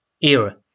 era